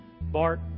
Bart